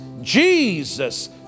Jesus